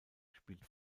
spielt